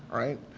right?